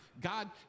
God